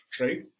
right